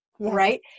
right